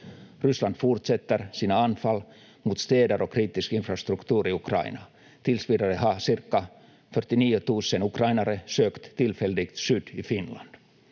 Ryssland fortsätter sina anfall mot städer och kritisk infrastruktur i Ukraina. Tills vidare har cirka 49 000 ukrainare sökt tillfälligt skydd i Finland.